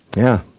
yeah.